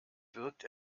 wirkt